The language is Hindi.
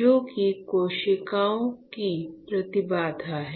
जो कि कोशिकाओं की प्रतिबाधा है